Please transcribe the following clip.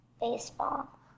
baseball